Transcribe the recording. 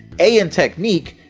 a in technique,